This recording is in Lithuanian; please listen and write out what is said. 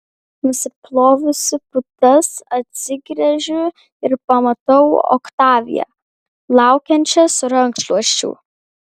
nusiplovusi putas atsigręžiu ir pamatau oktaviją laukiančią su rankšluosčiu